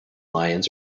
lions